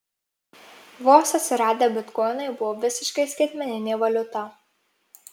vos atsiradę bitkoinai buvo visiškai skaitmeninė valiuta